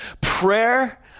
prayer